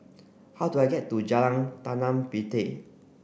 how do I get to Jalan Tanah Puteh